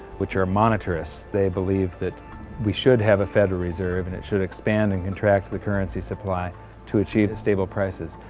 which are monetarists they believe that we should have a federal reserve and it should expand and contract we currency supply to achieve a stable prices.